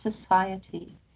society